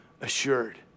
assured